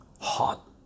hot